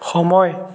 সময়